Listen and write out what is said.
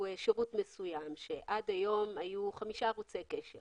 שירות מסוים שעד היום היו חמישה ערוצי קשר